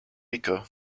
rico